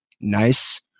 nice